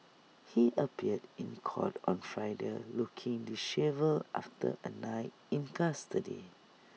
he appeared in court on Friday looking dishevelled after A night in custody